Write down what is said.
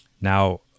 Now